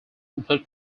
include